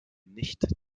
nicht